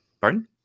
Pardon